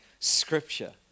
Scripture